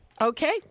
Okay